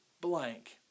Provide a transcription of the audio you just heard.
blank